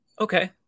Okay